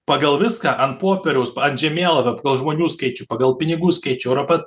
pagal viską ant popieriaus ant žemėlapio žmonių skaičių pagal pinigų skaičių europa